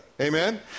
Amen